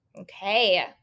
Okay